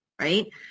right